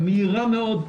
המהירה מאוד,